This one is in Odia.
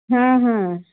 ହୁଁ ହୁଁ